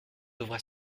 devra